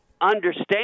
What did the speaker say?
understand